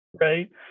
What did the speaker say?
right